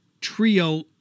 trio